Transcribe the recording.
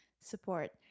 support